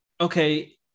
okay